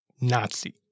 Nazi